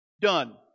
done